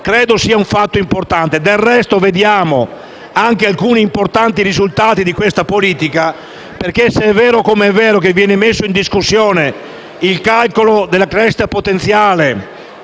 nazionali alla crescita. Del resto, vediamo anche alcuni importanti risultati di questa politica se è vero, come è vero, che viene messo in discussione il calcolo della crescita potenziale